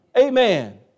Amen